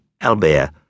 Albert